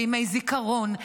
בימי זיכרון,